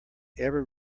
ever